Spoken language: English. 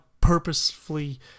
purposefully